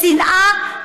לשנאה,